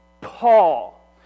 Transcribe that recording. Paul